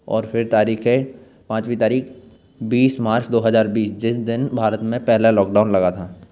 और फिर तारीख है पाँचवीं तारीख बीस मार्च दो हजार बीस जिस दिन भारत में पहला लौकडाउन लगा था